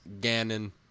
Gannon